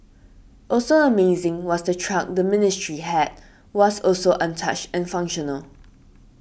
also amazing was the truck the Ministry had was also untouched and functional